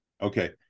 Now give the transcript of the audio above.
Okay